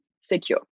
secure